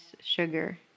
sugar